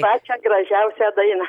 pačią gražiausią dainą